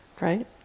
right